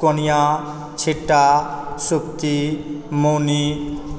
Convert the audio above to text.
कोनिया छिट्टा सुप्ति मौनी